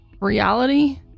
Reality